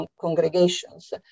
congregations